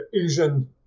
Asian